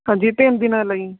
ਹਾਂਜੀ ਤਿੰਨ ਦਿਨਾਂ ਲਈ